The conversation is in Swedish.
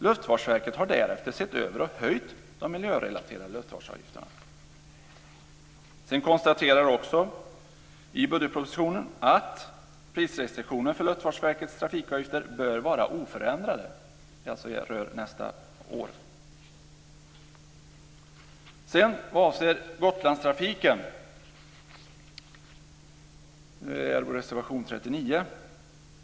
Luftfartsverket därefter har sett över och höjt de miljörelaterade luftfartsavgifterna. Sedan konstateras det också i budgetpropositionen att prisrestriktionen för Luftfartsverkets trafikavgifter bör vara oförändrad. Det rör alltså nästa år. Vad avser Gotlandstrafiken så kommer jag nu till reservation 39.